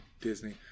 Disney